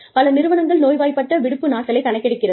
பல நிறுவனங்கள் நோய்வாய்ப்பட்ட விடுப்பு நாட்களை கணக்கெடுக்கிறது